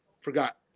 forgot